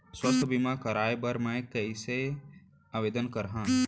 स्वास्थ्य बीमा करवाय बर मैं कइसे आवेदन करव?